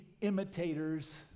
imitators